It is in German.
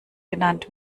genannt